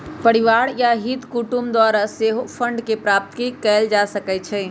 परिवार आ हित कुटूम द्वारा सेहो फंडके प्राप्ति कएल जा सकइ छइ